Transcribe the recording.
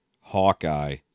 Hawkeye